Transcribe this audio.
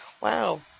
Wow